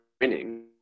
winning